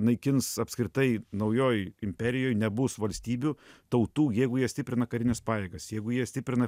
naikins apskritai naujoj imperijoj nebus valstybių tautų jeigu jie stiprina karines pajėgas jeigu jie stiprina